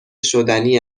شدنی